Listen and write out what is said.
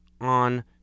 on